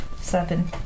Seven